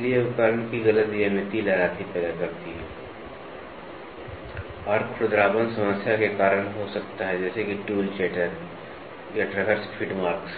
इसलिए उपकरण की गलत ज्यामिति लहराती पैदा करती है और खुरदरापन समस्या के कारण हो सकता है जैसे कि टूल चटर या ट्रैवर्स फीड मार्क्स